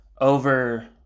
over